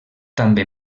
també